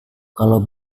kalau